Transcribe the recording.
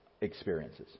experiences